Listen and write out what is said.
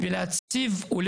כן,